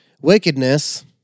Wickedness